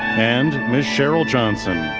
and ms. cheryl johnson,